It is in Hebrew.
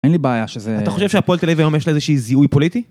אין לי בעיה שזה... אתה חושב שהפועל תל אביב היום יש לה איזה שהיא זיהוי פוליטי?